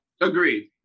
Agreed